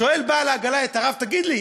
שואל בעל העגלה את הרב: תגיד לי,